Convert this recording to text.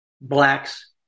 blacks